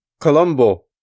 Colombo